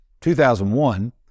2001